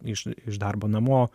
iš iš darbo namo